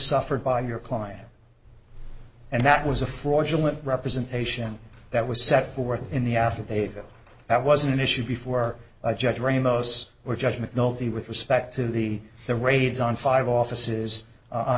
suffered by your client and that was a fraudulent representation that was set forth in the affidavit that was an issue before judge ramos or judge mcnulty with respect to the the raids on five offices on